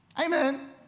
Amen